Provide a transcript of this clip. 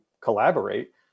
collaborate